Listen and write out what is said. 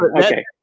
okay